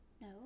No